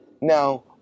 now